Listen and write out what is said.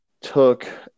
took